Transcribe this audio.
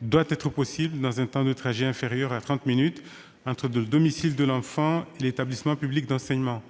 doit être possible dans un temps de trajet inférieur à trente minutes entre le domicile de l'enfant et l'établissement public d'enseignement.